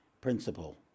principle